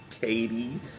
Katie